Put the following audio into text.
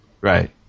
Right